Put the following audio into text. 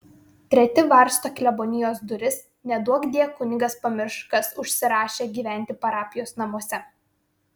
treti varsto klebonijos duris neduokdie kunigas pamirš kas užsirašė gyventi parapijos namuose